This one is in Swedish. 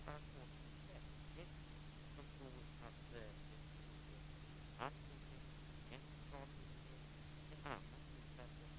Att det sker från Miljöpartiet känns väldigt märkligt. Det som egentligen är teknikupphandlingsprogrammet blir inte mindre än i dag.